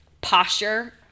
posture